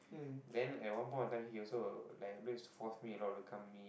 then at one point of time he also like force me to coming